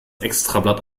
extrablatt